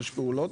יש פעולות?